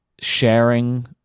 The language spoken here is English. sharing